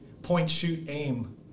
point-shoot-aim